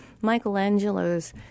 Michelangelo's